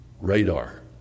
Radar